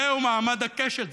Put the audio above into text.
זהו מעמד הקשת,